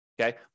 Okay